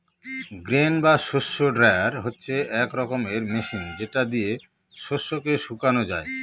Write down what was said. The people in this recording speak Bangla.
গ্রেন বা শস্য ড্রায়ার হচ্ছে এক রকমের মেশিন যেটা দিয়ে শস্যকে শুকানো যায়